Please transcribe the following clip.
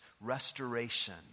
restoration